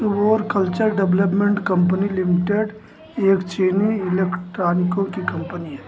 सुबोर culture development company limited एक चीनी एलेक्ट्रॉनिकों की कंपनी है